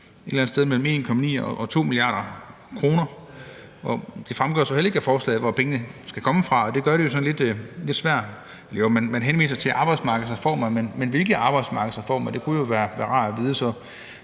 et eller andet sted mellem 1,9 mia. og 2 mia. kr. Det fremgår så heller ikke af forslaget, hvor pengene skal komme fra, og det gør det sådan lidt svært. Man henviser til arbejdsmarkedsreformer, men hvilke arbejdsmarkedsreformer? Det kunne jo være rart at vide.